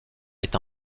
est